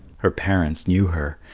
her parents knew her,